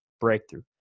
breakthrough